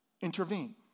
intervene